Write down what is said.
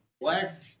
Black